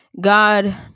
God